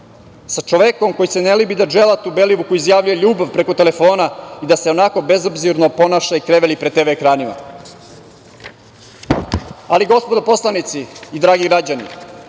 Sa čovekom koji se ne libi da dželatu Belivuku izjavljuje ljubav preko telefona i da se onako bezobzirno ponaša i krevelji pred TV ekranima. Gospodo poslanici i dragi građani,